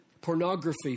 Pornography